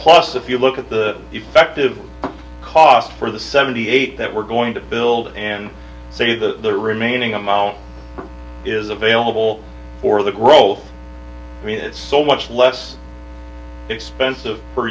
plus if you look at the effective cost for the seventy eight that we're going to build and so you the remaining amount is available for the growth i mean it's so much less expensive per